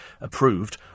approved